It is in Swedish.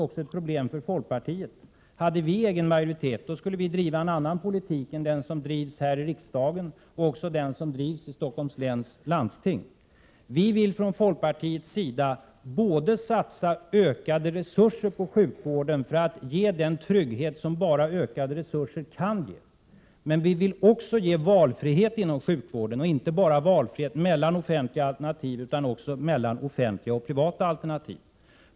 och ocksä den som drivs i Stockholms läns landsting. Men vi vill också erbjuda valfrihet inom sjukvården — inte bara valfrihet mellan offentliga alternativ utan också valfrihet mellan offentliga och privata alternativ.